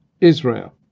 Israel